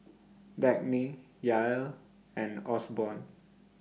Dagny Yael and Osborne